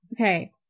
Okay